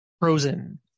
frozen